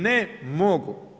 Ne mogu!